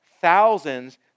thousands